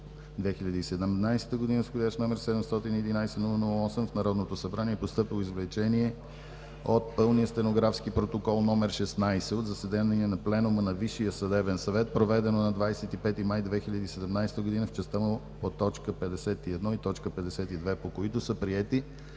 2017 г. с входящ № 711-00-8 в Народното събрание е постъпило извлечение от пълния стенографски Протокол № 16 от заседание на Пленума на Висшия съдебен съвет, проведено на 25 май 2017 г. в частта му по т. 51 и т. 52, по които са приети